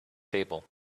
table